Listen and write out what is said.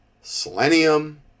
selenium